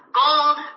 gold